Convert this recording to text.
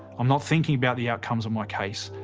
i'm not thinking about the outcomes of my case.